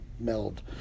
meld